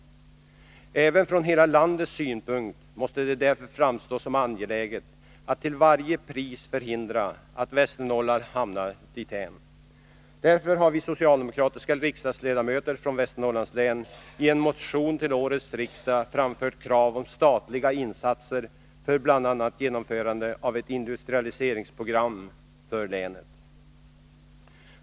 Även från hela landets synpunkt måste det därför framstå som angeläget att till varje pris förhindra att Västernorrland hamnar i den situationen. Därför har vi socialdemokratiska riksdagsledamöter från Västernorrlands län i en motion till detta riksmöte framfört krav på statliga insatser för bl.a. genomförande av ett industrialiseringsprogram för länet.